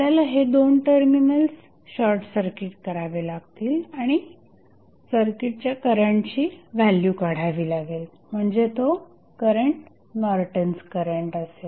आपल्याला हे दोन टर्मिनल्स शॉर्टसर्किट करावे लागतील आणि सर्किट करंटची व्हॅल्यू काढावी लागेल म्हणजे तो करंट नॉर्टन्स करंट असेल